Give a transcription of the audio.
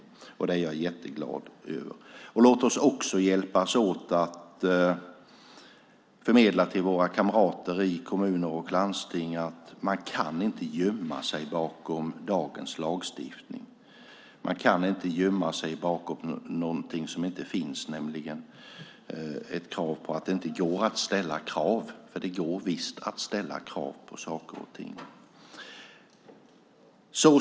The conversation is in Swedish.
Låt oss också hjälpas åt att förmedla till våra kamrater i kommuner och landsting att man inte kan gömma sig bakom dagens lagstiftning. Man kan inte gömma sig bakom att det inte skulle gå att ställa krav. Det går visst att ställa krav på saker och ting.